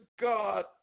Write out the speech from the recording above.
God